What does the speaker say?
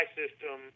system